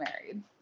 married